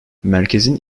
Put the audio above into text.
merkezin